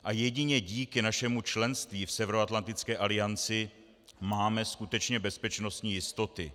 A jedině díky našemu členství v Severoatlantické alianci máme skutečně bezpečnostní jistoty.